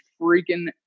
freaking